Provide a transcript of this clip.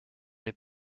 les